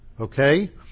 Okay